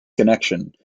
connection